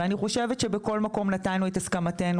ואני חושבת שבכל מקום נתנו את הסכמתנו,